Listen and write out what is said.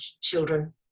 children